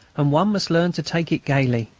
and one must learn to take it gaily.